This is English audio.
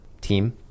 team